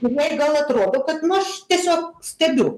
jinai gal atrodo kad na aš tiesiog stebiu